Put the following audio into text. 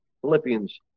Philippians